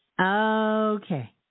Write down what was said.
Okay